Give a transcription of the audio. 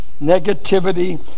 negativity